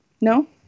No